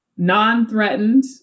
Non-threatened